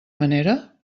manera